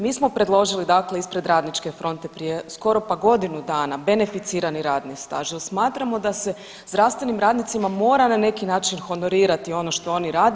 Mi smo predložili, dakle ispred Radničke fronte prije skoro pa godinu dana beneficirani radni staž jer smatramo da se zdravstvenim radnicima mora na neki način honorirati ono što oni rade.